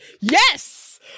yes